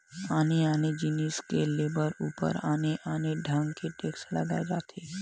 आने आने जिनिस के लेवब ऊपर म आने आने ढंग ले टेक्स लगाए जाथे